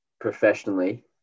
professionally